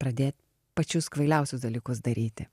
pradė pačius kvailiausius dalykus daryti